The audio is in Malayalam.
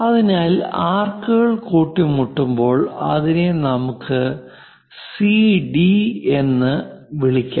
അതിനാൽ ആർക്കുകൾ കൂട്ടിമുട്ടുമ്പോൾ അതിനെ നമുക്ക് സി ഡി C Dഎന്ന് വിളിക്കാം